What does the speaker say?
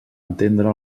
entendre